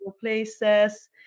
places